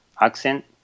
accent